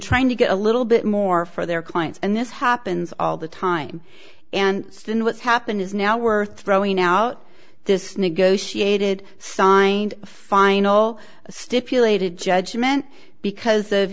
trying to get a little bit more for their clients and this happens all the time and still what's happened is now worth throwing out this negotiated signed final stipulated judgment because of